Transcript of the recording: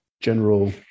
general